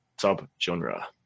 sub-genre